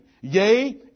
Yea